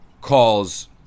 calls